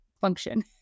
function